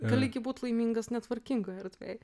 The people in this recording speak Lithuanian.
gali būt gi laimingas netvarkingoj erdvėj